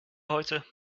heute